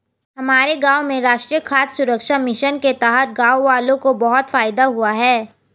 हमारे गांव में राष्ट्रीय खाद्य सुरक्षा मिशन के तहत गांववालों को बहुत फायदा हुआ है